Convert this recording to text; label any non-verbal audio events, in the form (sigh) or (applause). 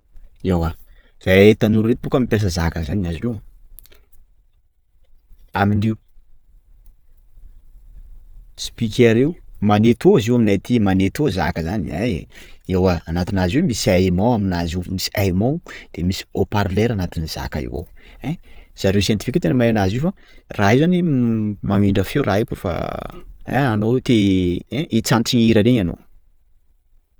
Ewa zahay tanora reto bôka mitaiza zany azonao? _x000D_ Amin'io (hesitation) speaker io; magneto izy io aminay aty, magneto zaka zany hay! _x000D_ Ewa Anatinazy io zany misy aimant aminazy io, misy aimant de misy hautparleur anatin'ny zaka io ao, ein! _x000D_ Zareo scientifique io tena mahay anazy io fa, raha io zany mamindra feo raha io kôfa anao te - (hesitation) ein hitsanty hira reny anao.